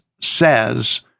says